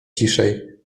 ciszej